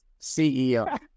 CEO